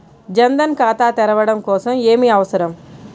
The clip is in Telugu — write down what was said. జన్ ధన్ ఖాతా తెరవడం కోసం ఏమి అవసరం?